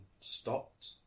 stopped